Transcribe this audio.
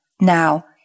Now